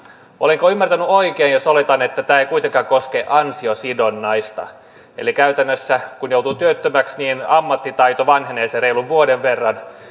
olenko ymmärtänyt oikein jos oletan että tämä ei kuitenkaan koske ansiosidonnaista eli käytännössä kun joutuu työttömäksi ammattitaito vanhenee sen reilun vuoden verran